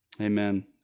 amen